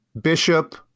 bishop